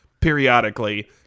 periodically